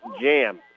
jam